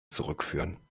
zurückführen